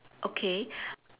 okay